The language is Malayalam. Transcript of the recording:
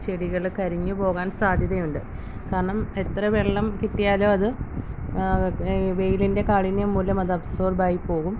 ചെടികൾ കരിഞ്ഞു പോകാൻ സാധ്യതയുണ്ട് കാരണം എത്ര വെള്ളം കിട്ടിയാലും അത് വെയിലിൻ്റെ കാഠിന്യം മൂലം അത് അബ്സോർബ് ആയി പോകും